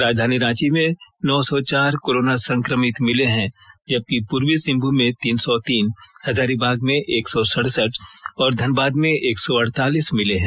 राजधानी रांची में नौ सौ चार कोरोना संकमित मिले हैं जबकि पूर्वी सिंहभूम में तीन सौ तीन हजारीबाग में एक सौ सड़सठ और धनबाद में एक सौ अड़तालीस मिले हैं